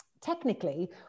technically